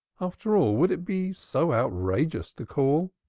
after all, would it be so outrageous to call?